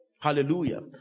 Hallelujah